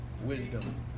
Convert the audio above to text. Wisdom